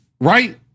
Right